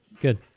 good